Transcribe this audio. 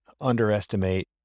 underestimate